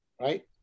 right